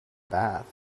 bath